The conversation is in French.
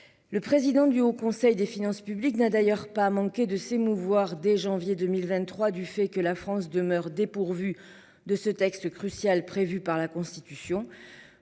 Le président du Haut Conseil des finances publiques n'a d'ailleurs pas manqué de s'émouvoir dès janvier 2023, du fait que la France demeure dépourvue de ce texte crucial prévu par la Constitution.